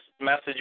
message